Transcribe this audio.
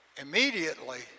Immediately